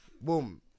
boom